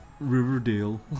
Riverdale